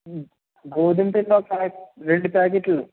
go గోధుమపిండి ఒక ప్యా రెండు ప్యాకెట్లు